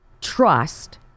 trust